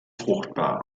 fruchtbar